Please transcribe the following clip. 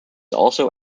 also